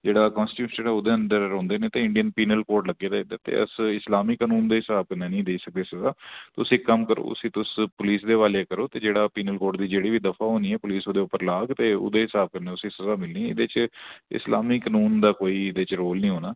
जेह्ड़ा कन्सीट्यूशन ऐ ओह्दे अंडर रौंहदे न ते इंडियन पीनल कोड लग्गे दा इद्धर ते अस इस्लामिक कनून दे स्हाब कन्नै निं देई सकदा स'ज़ा तुस इक कम्म करो उसी पुलिस दे हवाले करो ते जेह्ड़ा पीनल कोड दी जेह्ड़ी बी दफा होनी ऐ पुलिस ओह्दे उप्पर लाह्ग ते ओह्दे स्हाब कन्नै उसी स'ज़ा मिलनी ऐ ते एह्दे च इस्लामिक कनून दा एह्दे च कोई रोल निं होना